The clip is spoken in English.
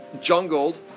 jungled